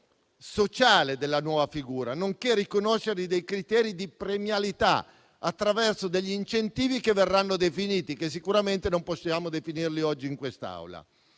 sociale della nuova figura nonché riconoscere dei criteri di premialità attraverso degli incentivi che verranno definiti e che sicuramente non possiamo definire oggi in questa Aula.